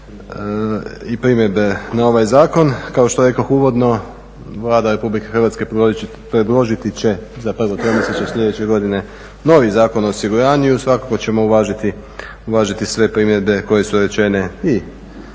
i primjedbe na ovaj zakon. Kao što rekoh uvodno Vlada Republike Hrvatske predložiti će za prvo tromjesečje sljedeće godine novi Zakon o osiguranju i svakako ćemo uvažiti sve primjedbe koje su rečene i